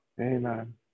amen